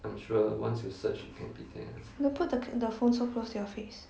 don't put the the phone so close to your face